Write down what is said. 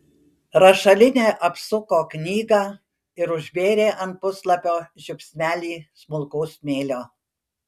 rašalinė apsuko knygą ir užbėrė ant puslapio žiupsnelį smulkaus smėlio